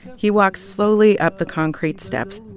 he walks slowly up the concrete steps.